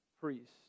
priest